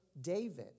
David